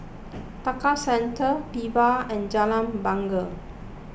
Tekka Centre Viva and Jalan Bungar